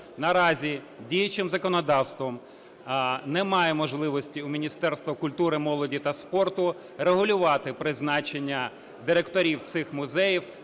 Наразі діючим законодавством немає можливості у Міністерства культури, молоді та спорту регулювати призначення директорів цих музеїв